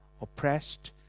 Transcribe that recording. oppressed